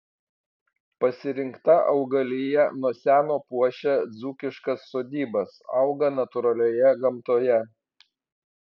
pasirinkta augalija nuo seno puošia dzūkiškas sodybas auga natūralioje gamtoje